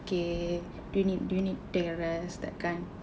okay do you need you need take a rest that kind